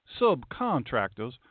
subcontractors